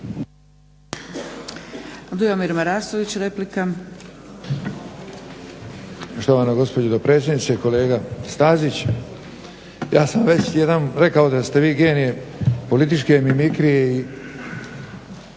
Dujomir Marasović, replika.